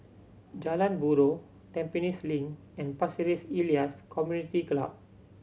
Jalan Buroh Tampines Link and Pasir Ris Elias Community Club